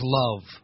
love